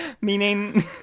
meaning